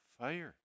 fire